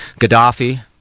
Gaddafi